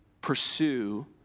pursue